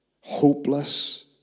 hopeless